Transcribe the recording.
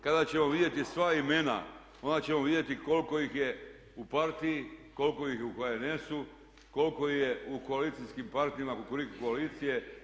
Kada ćemo vidjeti sva imena onda ćemo vidjeti koliko ih je u partiji, koliko ih je u HNS-u, koliko ih je u koalicijskim partnerima kukuriku koalicije.